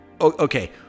okay